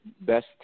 best